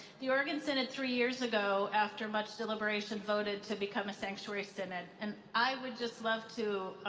the oregon synod three years ago after much deliberation voted to become a sanctuary synod and i would just love to